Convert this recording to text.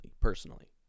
personally